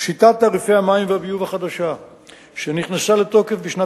שיטת תעריפי המים והביוב החדשה שנכנסה לתוקף בשנת